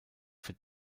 für